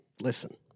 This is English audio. listen